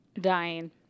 dying